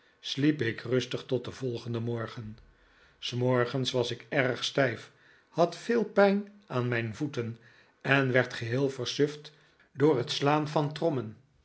sliep ik rustig tot den volgenden morgen s morgens was ik erg stijf had veel pijn aan mijn voeten en werd geheel versuft door het slaan van trommen